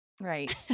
Right